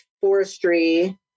forestry